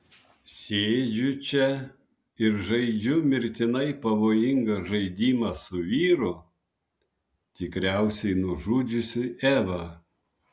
sėdžiu čia ir žaidžiu mirtinai pavojingą žaidimą su vyru tikriausiai nužudžiusiu evą